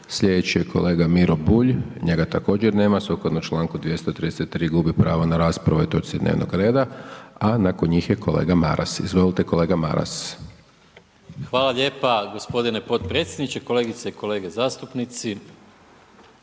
Sljedeći je kolega Miro Bulj, njega također nema. Sukladno članku 233. gubi pravo na raspravu o ovoj točci dnevnog reda. A nakon njih je kolega Maras. Izvolite kolega Maras. **Maras, Gordan (SDP)** Hvala lijepa gospodine potpredsjedniče, kolegice i kolege zastupnici.